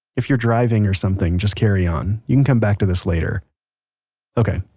if you're driving or something, just carry on. you can come back to this later okay,